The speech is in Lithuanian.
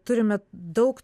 turime daug